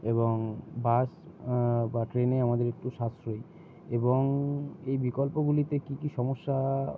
এবং বাস বা ট্রেনে আমাদের একটু সাশ্রয়ী এবং এই বিকল্পগুলিতে কী কী সমস্যা